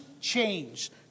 change